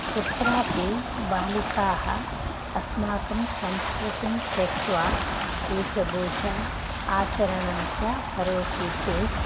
कुत्रापि बालिकाः अस्माकं संस्कृतिं त्यक्त्वा वेषभूषम् आचरणं च करोति चेत्